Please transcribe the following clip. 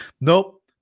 Nope